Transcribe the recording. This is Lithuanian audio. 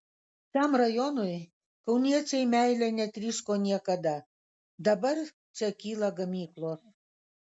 šiam rajonui kauniečiai meile netryško niekada dabar čia kyla gamyklos